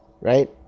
right